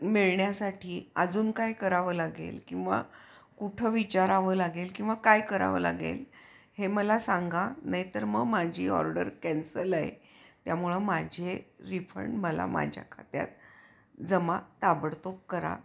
मिळण्यासाठी अजून काय करावं लागेल किंवा कुठं विचारावं लागेल किंवा काय करावं लागेल हे मला सांगा नाहीतर म माझी ऑर्डर कॅन्सल आहे त्यामुळं माझे रिफंड मला माझ्या खात्यात जमा ताबडतोब करा